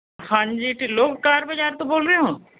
ਹਾਂਜੀ ਢਿੱਲੋਂ ਕਾਰ ਬਜ਼ਾਰ ਤੋਂ ਬੋਲ ਰਹੇ ਹੋ